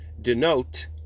denote